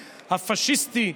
הפשיסטי,